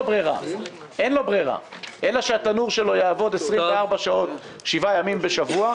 ברירה אלא שהתנור שלו יעבוד 24 שעות שבעה ימים בשבוע,